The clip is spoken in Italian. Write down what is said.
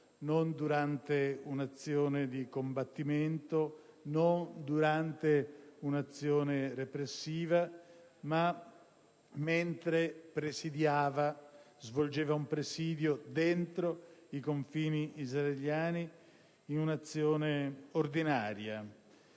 non durante un'azione di combattimento, non durante un'azione repressiva, ma mentre svolgeva un presidio dentro i confini israeliani, in un'azione ordinaria